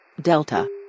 Delta